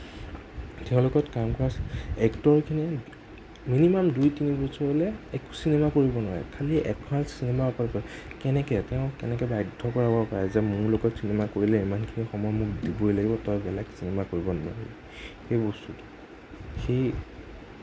তেওঁৰ লগত কাম কৰা এক্টৰখিনিৰ মিনিমাম দুই তিনি বছৰলৈ একো চিনেমা কৰিব নোৱাৰে খালি এখন চিনেমা কৰিব লাগে কেনেকৈ তেওঁ কেনেকৈ বাধ্য কৰাব পাৰে যে মোৰ লগত চিনেমা কৰিলে ইমানখিনি সময় মোক দিবই লাগিব তই বেলেগ চিনেমা কৰিব নোৱাৰ সেই বস্তুটো সেই